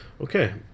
Okay